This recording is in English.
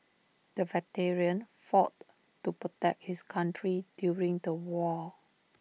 the veteran fought to protect his country during the war